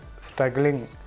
struggling